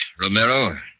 Romero